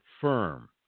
firm